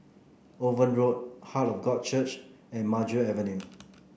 Owen Road Heart of God Church and Maju Avenue